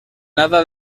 nada